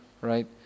right